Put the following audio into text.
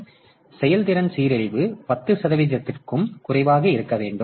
எனவே செயல்திறன் சீரழிவு 10 சதவீதத்திற்கும் குறைவாக இருக்க வேண்டும்